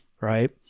Right